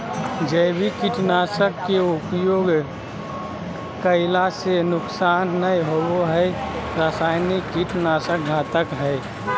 जैविक कीट नाशक के उपयोग कैला से नुकसान नै होवई हई रसायनिक कीट नाशक घातक हई